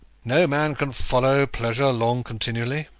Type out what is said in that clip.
no man can follow pleasure long continually.